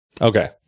Okay